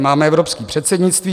Máme evropské předsednictví.